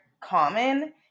common